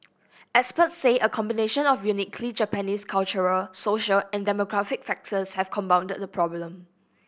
expert say a combination of uniquely Japanese cultural social and demographic factors have compounded the problem